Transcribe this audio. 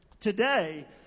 today